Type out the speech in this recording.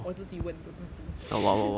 我自己问 to 自己